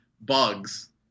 bugs